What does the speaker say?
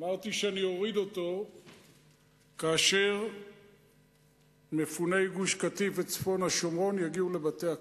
אמרתי שאוריד אותו כאשר מפוני גוש-קטיף וצפון והשומרון יגיעו לבתי הקבע.